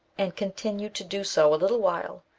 and continued to do so a little while,